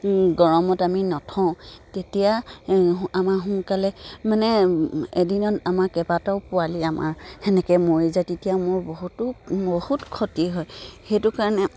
গৰমত আমি নথওঁ তেতিয়া আমাৰ সোনকালে মানে এদিনত আমাৰ কেইবাটাও পোৱালি আমাৰ তেনেকৈ মৰি যায় তেতিয়া মোৰ বহুতো বহুত ক্ষতি হয় সেইটো কাৰণে